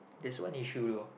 there's one issue though